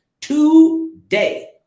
today